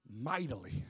mightily